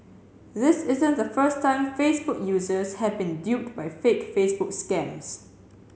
this isn't the first time Facebook users have been duped by fake Facebook scams